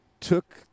took